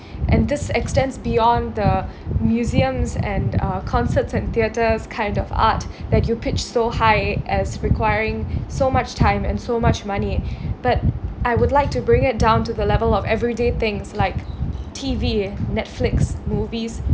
and this extends beyond the museums and uh concerts and theatres kind of art that you pitch so high as requiring so much time and so much money but I would like to bring it down to the level of everyday things like T_V Netflix movies